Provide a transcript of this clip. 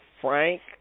Frank